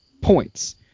points